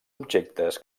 objectes